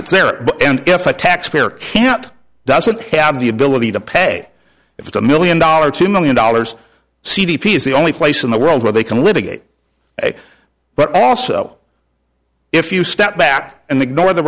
it's there and if a taxpayer can't doesn't have the ability to pay if it's a million dollars two million dollars c d p is the only place in the world where they can litigate but also if you step back and ignore the